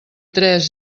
tres